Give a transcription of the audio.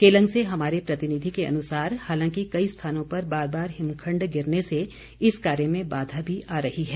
केलंग से हमारे प्रतिनिधि के अनुसार हालांकि कई स्थानों पर बार बार हिमखण्ड गिरने से इस कार्य में बाधा भी आ रही है